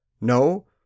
no